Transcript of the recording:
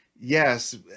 yes